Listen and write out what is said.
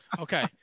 Okay